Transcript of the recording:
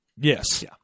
Yes